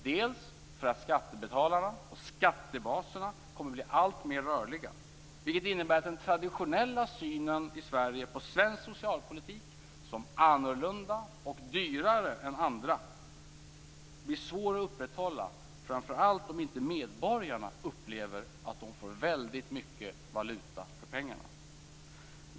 Dels kommer skattebetalarna och skattebaserna att bli alltmer rörliga, vilket innebär att den traditionella synen i Sverige på svensk socialpolitik som annorlunda och dyrare än andra blir svår att upprätthålla framför allt om inte medborgarna upplever att de får väldigt mycket valuta för pengarna.